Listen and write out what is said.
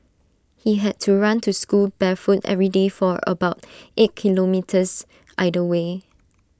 he had to run to school barefoot every day for about eight kilometres either way